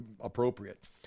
appropriate